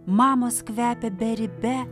mamos kvepia beribe